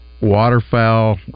Waterfowl